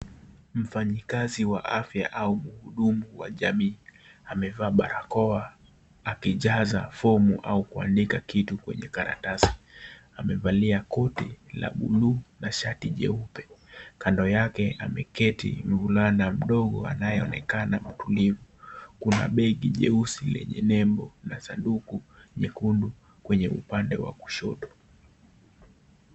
Mfanyikazi wa afya au muhudumu wa jamii amevaa barakoa akijaza fomu au kuandika kitu kwa karatasi amevalia koti ya blue na shati nyeupe kando yake ameketi na mvulana mdogo anayeonekana kwa utulivu kuna begi lenye nembo la sanduku muekundu kwenye upande wa kusoto.